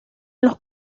los